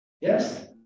Yes